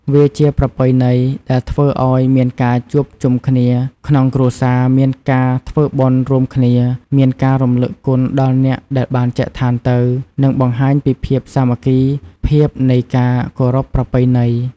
វាជាប្រពៃណីដែលធ្វើឲ្យមានការជួបជំគ្នាក្នុងគ្រួសារ មានការធ្វើបុណ្យរួមគ្នា មានការរំលឹងគុណដល់អ្នកដែលបានចែកថានទៅ និងបង្ហាញពីភាពសាមគ្គីភាពនៃការគោរពប្រពៃណី។